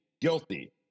guilty